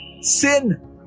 Sin